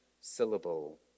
syllable